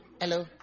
hello